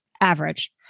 average